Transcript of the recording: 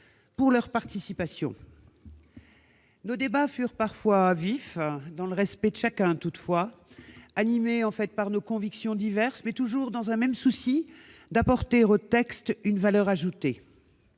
pour leur participation. Nos débats furent parfois vifs, dans le respect de chacun toutefois, animés par nos convictions diverses, mais toujours avec la même préoccupation, celle d'apporter au texte une valeur ajoutée.